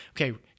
Okay